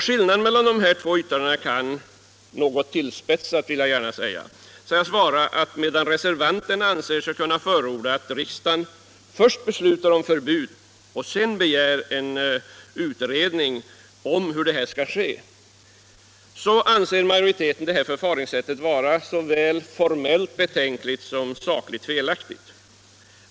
Skillnaden mellan dessa båda yttranden kan, något tillspetsat, sägas vara att reservanterna anser sig kunna förorda att riksdagen först beslutar om förbud för spelautomater och sedan begär en utredning om hur detta skall förverkligas, medan majoriteten anser ett sådant förfaringssätt vara såväl formellt betänkligt som sakligt felaktigt.